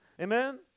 amen